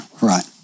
Right